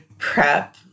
prep